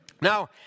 Now